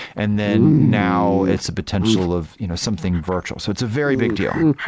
and then now it's the potential of you know something virtual. so it's a very big deal,